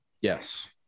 Yes